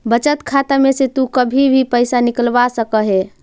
बचत खाता में से तु कभी भी पइसा निकलवा सकऽ हे